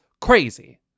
crazy